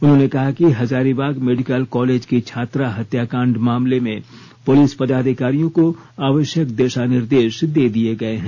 उन्होंने कहा कि हजारीबाग मेडिकल कॉलेज की छात्रा हत्याकांड मामले में पुलिस पदाधिकारियों को आवश्यक दिशा निर्देश दे दिए गए हैं